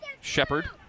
Shepard